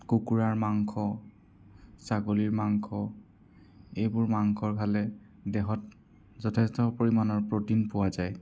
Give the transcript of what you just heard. কুকুৰাৰ মাংস ছাগলীৰ মাংস এইবোৰ মাংস খালে দেহত যথেষ্ট পৰিমাণৰ প্ৰ'টিন পোৱা যায়